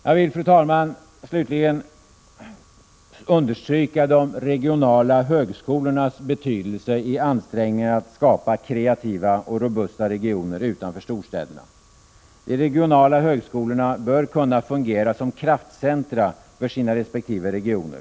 Jag vill, fru talman, slutligen understryka de regionala högskolornas betydelse i ansträngningen att skapa kreativa och robusta regioner utanför storstäderna. De regionala högskolorna bör kunna fungera som kraftcentra för sina resp. regioner.